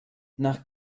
nach